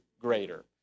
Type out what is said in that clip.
greater